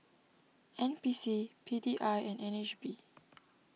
N P C P D I and N H B